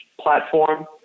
platform